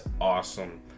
awesome